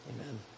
Amen